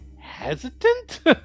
hesitant